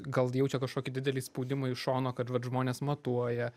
gal jaučia kažkokį didelį spaudimą iš šono kad vat žmonės matuoja